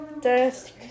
desk